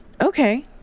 Okay